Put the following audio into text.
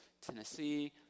Tennessee